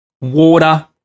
water